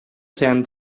ten